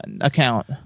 account